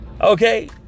Okay